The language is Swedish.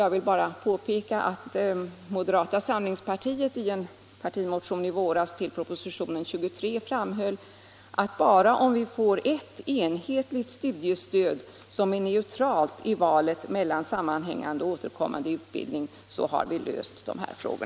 Jag vill bara påpeka att moderata samlingspartiet i en partimotion i våras i anledning av propositionen 23 framhöll, att vi bara om vi får ett enhetligt studiestöd, som är neutralt i valet mellan sammanhängande och återkommande utbildning, kan anse oss ha löst dessa frågor.